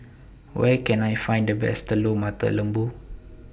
Where Can I Find The Best Telur Mata Lembu